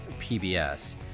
PBS